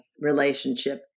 relationship